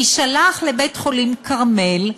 יישלח לבית-חולים "כרמל",